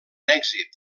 èxit